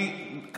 אני אומר, בסדר.